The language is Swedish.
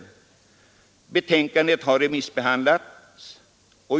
Betänkandet har remissbehandlats.